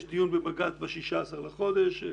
יש דיון בבג"ץ ב-16 בחודש.